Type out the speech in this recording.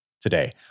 today